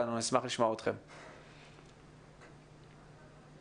שיאמרו מה אתם חושבים על כך.